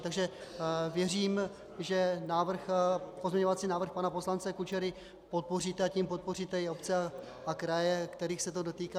Takže věřím, že pozměňovací návrh pana poslance Kučery podpoříte, a tím podpoříte i obce a kraje, kterých se to dotýká.